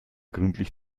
gründlich